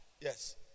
yes